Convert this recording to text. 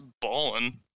balling